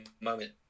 moment